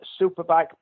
superbike